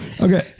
Okay